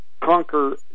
conquer